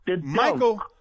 Michael